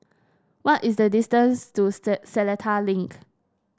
what is the distance to said Seletar Link